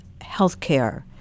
healthcare